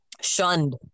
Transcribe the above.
shunned